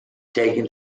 taken